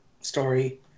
story